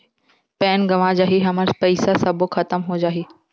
Pan गंवा जाही हमर पईसा सबो खतम हो जाही?